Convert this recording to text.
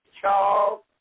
Charles